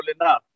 enough